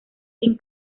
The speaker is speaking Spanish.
sin